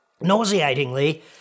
nauseatingly